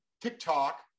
TikTok